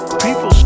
People